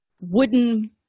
wooden